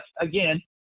again